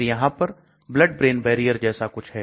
फिर यहां पर Blood brain barrier जैसा कुछ है